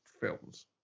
films